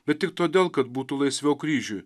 bet tik todėl kad būtų laisviau kryžiui